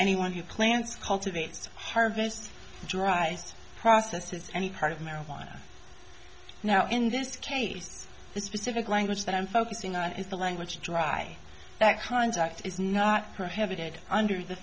anyone who plants cultivates harvests dries process's any part of marijuana now in this case the specific language that i'm focusing on is the language of dry that contact is not prohibited under the